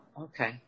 okay